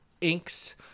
inks